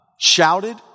shouted